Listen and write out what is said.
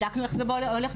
בדקנו איך זה בעולם.